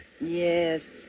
Yes